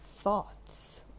thoughts